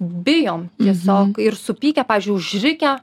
bijom tiesiog ir supykę pavyzdžiui užrikę